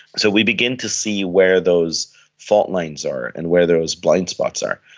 so we begin to see where those fault lines are and where those blindspots are.